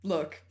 Look